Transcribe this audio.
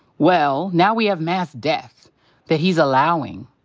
well, now we have mass death that he's allowing.